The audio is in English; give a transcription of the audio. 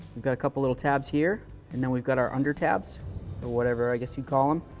we've got a couple little tabs here and then we've got our under tabs or whatever i guess you call them.